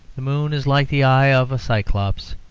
the moon is like the eye of a cyclops.